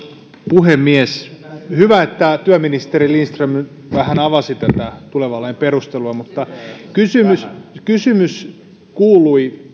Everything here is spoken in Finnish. puhemies hyvä että työministeri lindström vähän avasi tulevan lain perustelua mutta kysymys kysymys kuului